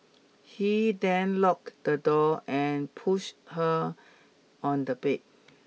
he then locked the door and pushed her on the bed